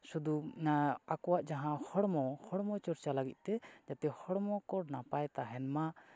ᱥᱩᱫᱩ ᱟᱠᱚᱣᱟᱜ ᱡᱟᱦᱟᱸ ᱦᱚᱲᱢᱚ ᱦᱚᱲᱢᱚ ᱪᱚᱨᱪᱟ ᱞᱟᱹᱜᱤᱫ ᱛᱮ ᱡᱟᱛᱮ ᱦᱚᱲᱢᱚ ᱠᱚ ᱱᱟᱯᱟᱭ ᱛᱟᱦᱮᱱ ᱢᱟ